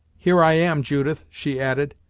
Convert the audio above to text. here i am, judith, she added,